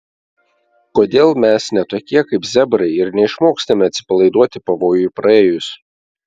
kodėl mes ne tokie kaip zebrai ir neišmokstame atsipalaiduoti pavojui praėjus